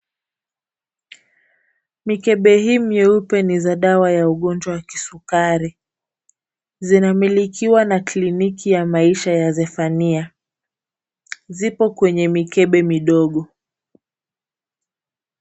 Mikebe hii mieupe ni za dawa ya ugonjwa ya kisukari. lnamilikiwa na kliniki ya Maisha ya Zefania, zipo kwenye mikebe midogo.